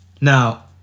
Now